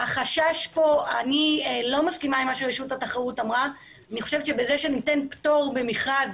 אני חושבת שבזה שניתן פטור ממכרז